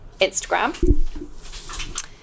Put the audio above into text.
Instagram